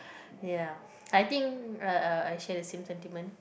ya I think uh I share the same sentiment